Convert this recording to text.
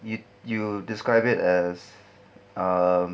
you you describe it as um